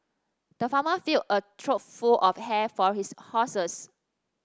the farmer filled a trough full of hay for his horses